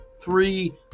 three